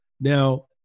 now